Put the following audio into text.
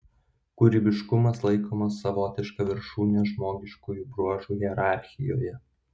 kūrybiškumas laikomas savotiška viršūne žmogiškųjų bruožų hierarchijoje